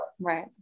Right